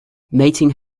mating